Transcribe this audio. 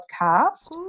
podcast